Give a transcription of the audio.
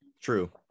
True